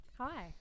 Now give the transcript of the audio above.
hi